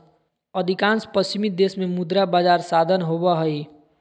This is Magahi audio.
अधिकांश पश्चिमी देश में मुद्रा बजार साधन होबा हइ